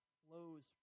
flows